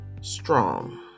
Strong